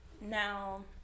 Now